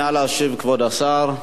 נא להשיב, כבוד השר.